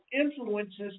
influences